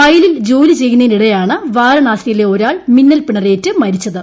വയലിൽ ജോലി ചെയ്യുന്നതിനിടെയാണ് വാരണാസിയിൽ ഒരാൾ മിന്നൽ പിണരേറ്റ് മരിച്ചത്